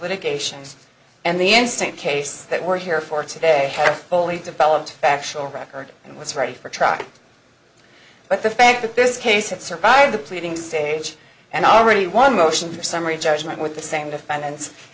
litigations and the instant case that we're here for today a fully developed factual record and was ready for trial but the fact that this case had survived the pleading stage and already one motion for summary judgment with the same defendants